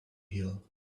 hill